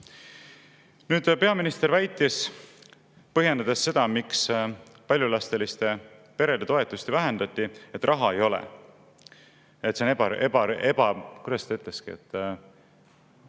Nüüd, peaminister väitis, põhjendades seda, miks paljulapseliste perede toetusi vähendati, et raha ei ole. Kuidas ta